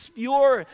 pure